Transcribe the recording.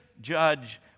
judge